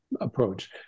approach